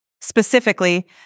Specifically